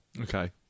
Okay